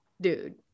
dude